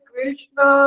Krishna